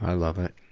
ah love ed.